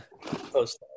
post